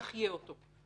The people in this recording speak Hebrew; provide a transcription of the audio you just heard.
נחייה אותו.